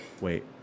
Wait